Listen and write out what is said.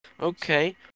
Okay